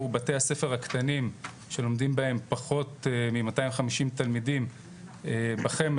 בתי הספר הקטנים שלומדים בהם פחות מ-250 תלמידים בחמ"ד,